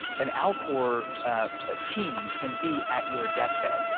an alcor ah ah team can be at your deathbed.